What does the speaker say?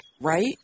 right